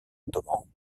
ottoman